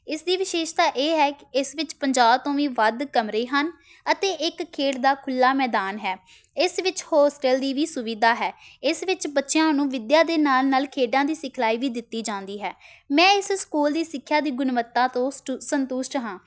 ਇਸ ਦੀ ਵਿਸ਼ੇਸ਼ਤਾ ਇਹ ਹੈ ਇਸ ਵਿੱਚ ਪੰਜਾਹ ਤੋਂ ਵੀ ਵੱਧ ਕਮਰੇ ਹਨ ਅਤੇ ਇੱਕ ਖੇਡ ਦਾ ਖੁੱਲ੍ਹਾ ਮੈਦਾਨ ਹੈ ਇਸ ਵਿੱਚ ਹੋਸਟਲ ਦੀ ਵੀ ਸੁਵਿਧਾ ਹੈ ਇਸ ਵਿੱਚ ਬੱਚਿਆਂ ਨੂੰ ਵਿੱਦਿਆ ਦੇ ਨਾਲ ਨਾਲ ਖੇਡਾਂ ਦੀ ਸਿਖਲਾਈ ਵੀ ਦਿੱਤੀ ਜਾਂਦੀ ਹੈ ਮੈਂ ਇਸ ਸਕੂਲ ਦੀ ਸਿੱਖਿਆ ਦੀ ਗੁਣਵੱਤਾ ਤੋਂ ਸਟੂ ਸੰਤੁਸ਼ਟ ਹਾਂ